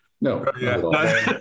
No